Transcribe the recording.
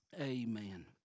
amen